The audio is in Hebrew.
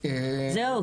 זהו,